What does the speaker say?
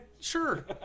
sure